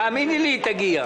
תאמיני לי, היא תגיע.